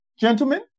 Gentlemen